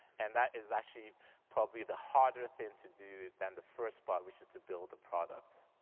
and that is actually probably the harder thing to do than the first part, which is to build the product,